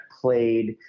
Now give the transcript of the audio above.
played